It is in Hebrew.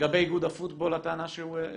לגבי איגוד הפוטבול, הטענה שהעלה.